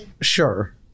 Sure